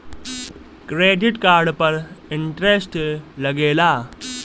Credit card पर interest लागेला?